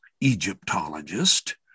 Egyptologist